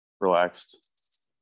relaxed